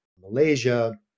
Malaysia